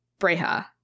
breha